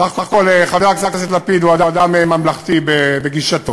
סך הכול חבר הכנסת לפיד הוא אדם ממלכתי בגישתו,